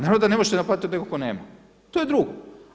Naravno da ne možete naplatiti od nekoga tko nema, to je drugo.